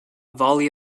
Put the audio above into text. volley